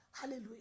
Hallelujah